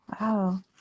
wow